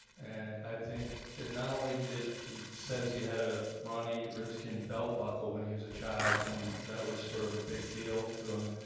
and i think and not only did he say he had a ronnie redskin belt buckle when he was a child, and that was sort of a big deal to him,